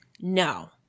No